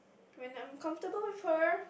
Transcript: when I'm comfortable with her